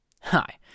Hi